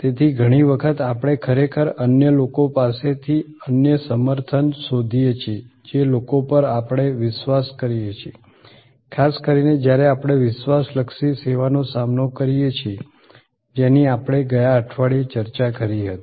તેથી ઘણી વખત આપણે ખરેખર અન્ય લોકો પાસેથી અન્ય સમર્થન શોધીએ છીએ જે લોકો પર આપણે વિશ્વાસ કરીએ છીએ ખાસ કરીને જ્યારે આપણે વિશ્વાસ લક્ષી સેવાનો સામનો કરીએ છીએ જેની આપણે ગયા અઠવાડિયે ચર્ચા કરી હતી